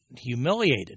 humiliated